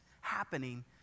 happening